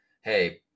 hey